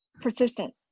persistent